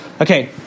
Okay